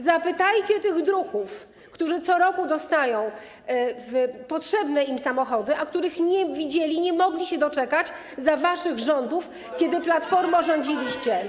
Zapytajcie tych druhów, którzy co roku dostają potrzebne im samochody, a których nie widzieli, nie mogli się doczekać za waszych rządów, kiedy, Platformo, rządziliście.